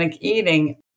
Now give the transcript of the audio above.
eating